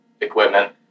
equipment